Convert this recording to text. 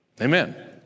Amen